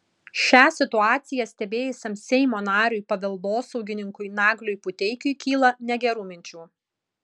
šią situaciją stebėjusiam seimo nariui paveldosaugininkui nagliui puteikiui kyla negerų minčių